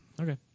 Okay